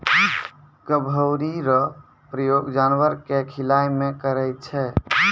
गभोरी रो प्रयोग जानवर के खिलाय मे करै छै